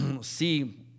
See